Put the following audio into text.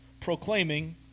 proclaiming